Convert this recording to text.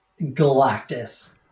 Galactus